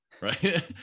right